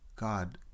God